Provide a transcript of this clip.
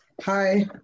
Hi